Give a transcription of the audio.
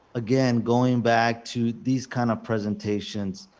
again, going back to these kind of presentations,